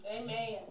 Amen